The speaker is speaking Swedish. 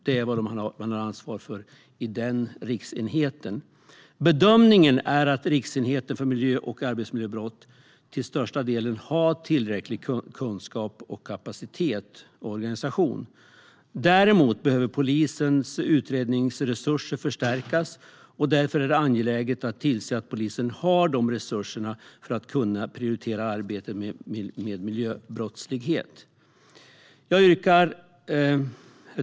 Det är vad man har ansvar för vid denna riksenhet. Bedömningen är att Riksenheten för miljö och arbetsmiljömål till största delen har tillräcklig kunskap, kapacitet och organisation. Däremot behöver polisens utredningsresurser förstärkas. Därför är det angeläget att tillse att polisen har dessa resurser för att kunna prioritera arbetet med miljöbrottslighet. Herr talman!